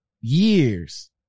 years